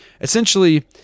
Essentially